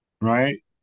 right